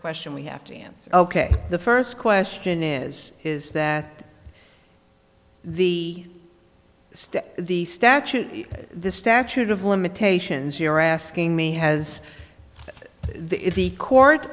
question we have to answer ok the first question is is that the state the statute the statute of limitations you're asking me has the court